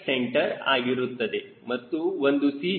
c ಆಗಿರುತ್ತದೆ ಮತ್ತು ಒಂದು C